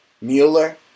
Mueller